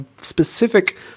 specific